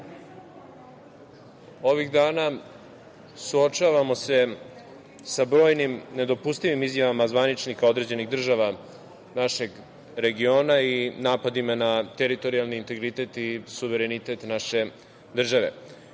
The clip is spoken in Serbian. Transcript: ovih dana suočavamo se sa brojnim nedopustivim izjavama zvaničnika određenih država našeg regiona i napadima na teritorijalni integritet i suverenitet naše države.